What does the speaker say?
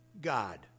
God